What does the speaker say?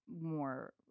more